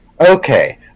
Okay